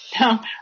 No